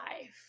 life